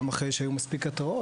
גם אחרי שהיו מספיק התראות,